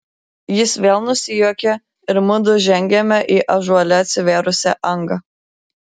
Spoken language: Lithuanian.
jis vėl nusijuokė ir mudu žengėme į ąžuole atsivėrusią angą